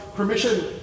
Permission